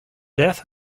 death